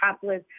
topless